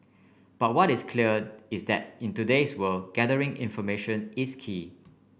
but what is clear is that in today's world gathering information is key